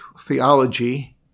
theology